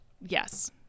yes